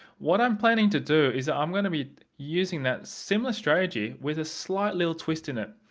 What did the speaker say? what i'm planning to do is i'm going to be using that similar strategy with a slight little twist in it.